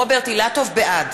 רוברט אילטוב, בעד